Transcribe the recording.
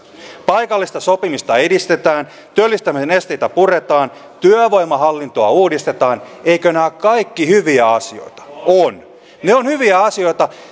paikallista sopimista edistetään työllistämisen esteitä puretaan työvoimahallintoa uudistetaan eivätkö nämä ole kaikki hyviä asioita ovat ne ovat hyviä asioita